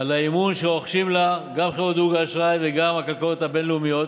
על האמון שרוחשות לה גם חברות דירוג האשראי וגם הכלכלות הבין-לאומיות.